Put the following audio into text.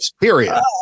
period